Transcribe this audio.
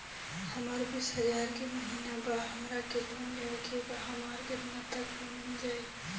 हमर बिस हजार के महिना बा हमरा के लोन लेबे के बा हमरा केतना तक लोन मिल जाई?